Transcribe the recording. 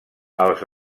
els